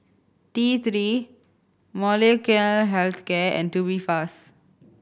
T Three Molnylcke Health Care and Tubifast